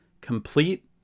complete